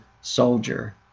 soldier